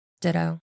Ditto